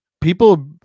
people